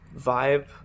vibe